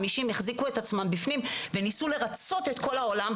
חמישים יחזיקו את עצמם בפנים וניסו לרצות את כל העולם.